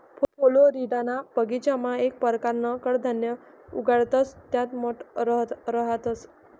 फ्लोरिडाना बगीचामा येक परकारनं कडधान्य उगाडतंस त्या मठ रहातंस